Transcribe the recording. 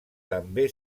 també